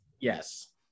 Yes